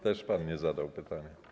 Też pan nie zadał pytania.